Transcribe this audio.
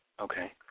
Okay